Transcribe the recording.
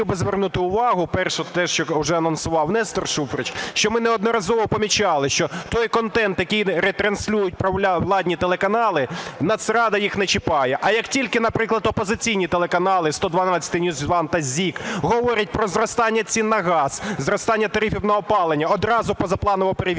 хотів би звернути увагу, перше, те що вже анонсував Нестор Шуфрич, що ми неодноразово помічали, що той контент, який ретранслюють провладні телеканали, Нацрада їх не чіпає. А як тільки, наприклад, опозиційні телеканали 112, NewsOne та ZIK говорять про зростання цін на газ, зростання тарифів на опалення, одразу позапланова перевірка.